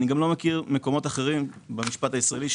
ואני גם לא מכיר מקומות אחרים במשפט הישראלי,